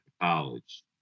college